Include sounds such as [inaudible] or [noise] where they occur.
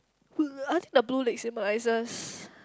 [noise] I think the blue legs symbolises